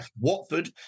Watford